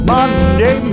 Monday